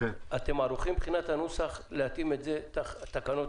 אתם ערוכים מבחינת הנוסח להתאים את התקנות